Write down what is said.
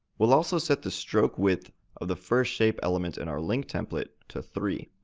we'll also set the strokewidth of the first shape element in our linktemplate to three,